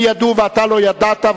ידעו ואתה לא ידעת,